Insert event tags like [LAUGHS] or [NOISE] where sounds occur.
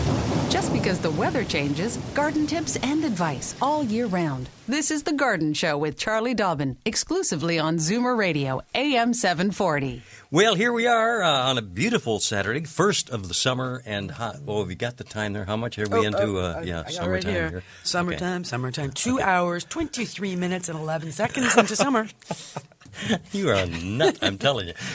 Just because the weather changes, garden tips and advice all year round. This is The Garden Show with Charlie Dobbin, exclusively on Zoomer Radio, AM 740. Well, here we are, uh, on a beautiful Saturday, first of the summer and hot- Oh, have you got the time there? How much are we Oh, into, uh, uh, I- yeah, I got right summertime here. here? Summertime, Okay. summertime, Uh, two okay. hours, 23 minutes and 11 seconds into [LAUGHS] summer. [LAUGHS] You are a nut, I'm telling you.